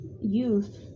youth